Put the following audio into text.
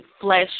flesh